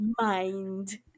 mind